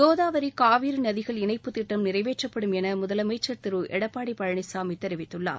கோதாவரி காவிரி நதிகள் இணைப்புத் திட்டம் நிறைவேற்றப்படும் என முதலமைச்சர் திரு எடப்பாடி பழனிசாமி தெரிவித்துள்ளார்